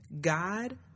God